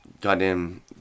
goddamn